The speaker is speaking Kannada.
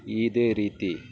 ಇದೇ ರೀತಿ